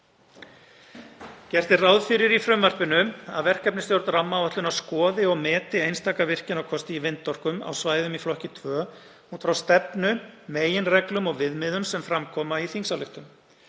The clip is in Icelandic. Gert er ráð fyrir í frumvarpinu að verkefnisstjórn rammaáætlunar skoði og meti einstaka virkjunarkosti í vindorku á svæðum í flokki 2 út frá stefnu, meginreglum og viðmiðum sem fram koma í þingsályktun.